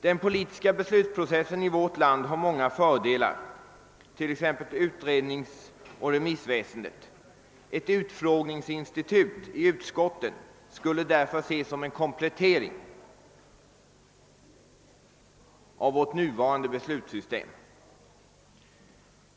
Den politiska beslutsprocessen i vårt land har många fördelar, t.ex. inom utredningsoch remissväsendet. Ett utfrågningsinstitut i utskotten skall därför ses som en komplettering av vårt nuvarande beslutssystem.